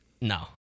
No